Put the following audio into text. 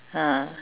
ah